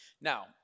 Now